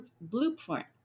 blueprint